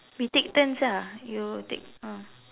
we take turns ah you take ah